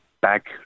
back